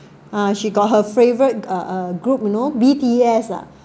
ha she got her favourite uh uh group you know B_T_S ah